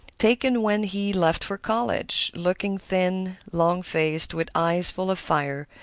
taken when he left for college, looking thin, long-faced, with eyes full of fire,